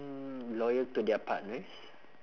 mm loyal to their partners